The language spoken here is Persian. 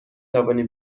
توانی